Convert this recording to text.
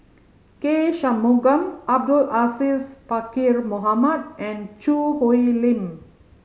K Shanmugam Abdul Aziz Pakkeer Mohamed and Choo Hwee Lim